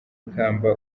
ikamba